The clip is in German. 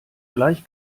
gleich